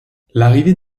l’arrivée